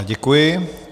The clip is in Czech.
Děkuji.